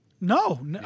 No